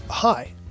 Hi